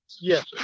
yes